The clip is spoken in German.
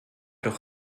doch